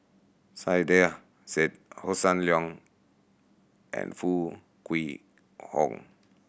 Saiedah Said Hossan Leong and Foo Kwee Horng